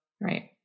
Right